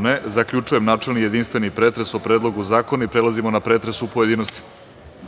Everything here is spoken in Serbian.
(Ne)Zaključujem načelni i jedinstveni pretres o Predlogu zakona. Prelazimo na pretres u pojedinostima. Primili